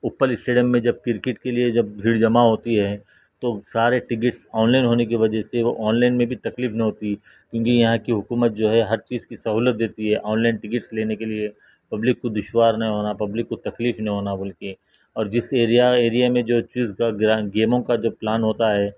اپل stadium میں جب cricket کے لیے جب بھیڑ جمع ہوتی ہے تو سارے ٹکٹس آن لائن ہونے کی وجہ سے وہ آن لائن میں بھی تکلیف نہ ہوتی کیوں کہ یہاں کی حکومت جو ہے ہر چیز کی سہولت دیتی ہے آن لائن ٹکٹس لینے کے لیے پبلک کو دشوار نہیں ہونا پبلک کو تکلیف نے ہونا بول کے اور جس ایریا ایرے میں جو چیز کا گیموں کا جب پلان ہوتا ہے